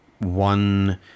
one